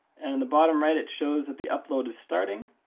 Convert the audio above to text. and in the bottom right it shows that the upload is starting.